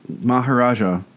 Maharaja